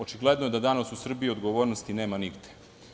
Očigledno je da danas u Srbiji odgovornosti nema nigde.